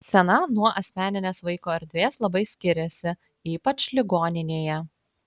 scena nuo asmeninės vaiko erdvės labai skiriasi ypač ligoninėje